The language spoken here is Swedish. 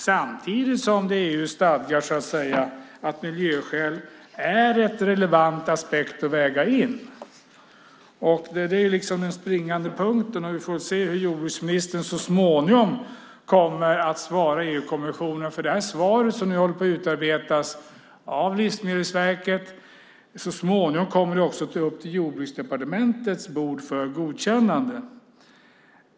Samtidigt stadgas det i EU, så att säga, att miljöskäl är en relevant aspekt att väga in. Det är liksom den springande punkten. Vi får väl se hur jordbruksministern så småningom kommer att svara EU-kommissionen. Svaret, som nu håller på att utarbetas av Livsmedelsverket, kommer nämligen så småningom också upp på Jordbruksdepartementets bord för godkännande.